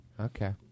Okay